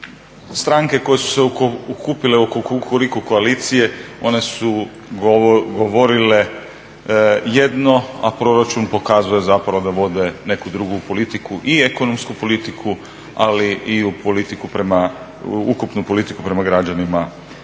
Stranke koje su se okupile oko Kukuriku koalicije one su govorile jedno, a proračun pokazuje zapravo da vode neku drugu politiku i ekonomsku politiku ali i ukupnu politiku prema građanima